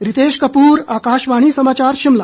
रितेश कपूर आकाशवाणी समाचार शिमला